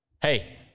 hey